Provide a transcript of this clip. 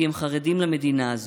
כי הם חרדים למדינה.